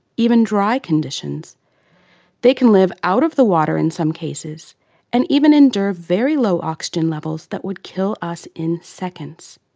even dry conditions they can live out of the water in some cases and even endure very low oxygen levels that would kill us in seconds.